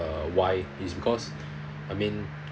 uh why it's because I mean